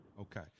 Okay